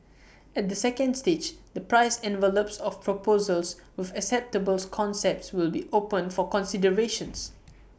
at the second stage the price envelopes of proposals with acceptable concepts will be opened for consideration